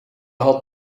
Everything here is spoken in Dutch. had